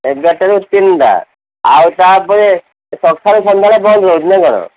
ଏଗାରଟା ରୁ ତିନଟା ଆଉ ତାପରେ ସଖାଳେ ସନ୍ଧ୍ୟାରେ ବନ୍ଦ ରହୁଛି ନା କ'ଣ